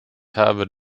habe